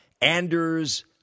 Anders